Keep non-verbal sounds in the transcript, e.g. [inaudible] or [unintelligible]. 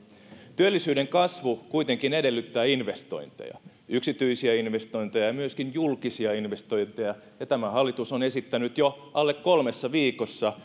työllisyyden kasvu kuitenkin edellyttää investointeja yksityisiä investointeja ja myöskin julkisia investointeja ja tämä hallitus on esittänyt jo alle kolmessa viikossa [unintelligible]